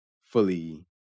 fully